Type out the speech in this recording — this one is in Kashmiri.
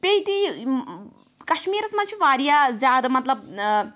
بیٚیہِ تہِ یہِ کَشمیٖرَس مَنٛز چھِ واریاہ زیادٕ مطلب ٲں